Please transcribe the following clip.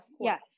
yes